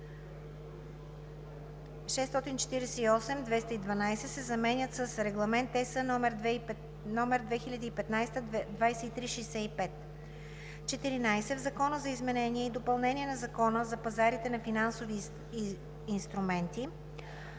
648/2012“ се заменят с „Регламент (ЕС) № 2015/2365“. 14. В Закона за изменение и допълнение на Закона за пазарите на финансови инструменти